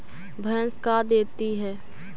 भैंस का देती है?